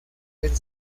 del